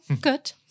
good